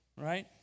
Right